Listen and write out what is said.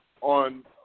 on